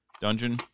Dungeon